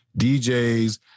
DJs